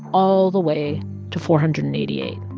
all the way to four hundred and eighty eight,